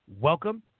welcome